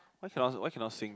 why cannot why cannot sing